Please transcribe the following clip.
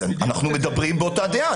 כן, אנחנו באותה דעה.